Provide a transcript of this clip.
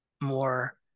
more